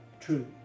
true